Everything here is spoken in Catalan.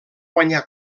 guanyar